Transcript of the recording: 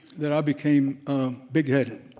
that i became big-headed,